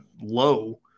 low